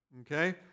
Okay